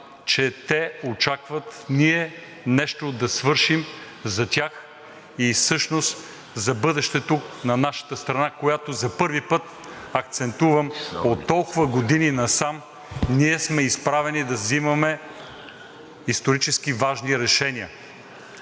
те очакват ние нещо да свършим за тях и за бъдещето на нашата страна. За първи път от толкова години насам сме изправени да взимаме исторически важни решения.